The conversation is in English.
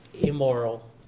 immoral